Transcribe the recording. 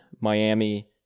Miami